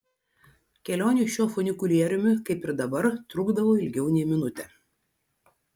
kelionė šiuo funikulieriumi kaip ir dabar trukdavo ilgiau nei minutę